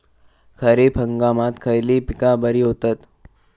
खरीप हंगामात खयली पीका बरी होतत?